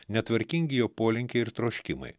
netvarkingi jo polinkiai ir troškimai